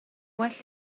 well